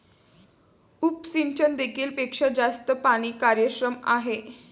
उपसिंचन देखील पेक्षा जास्त पाणी कार्यक्षम आहे